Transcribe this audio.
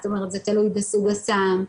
זאת אומרת זה תלוי בסוג הסם,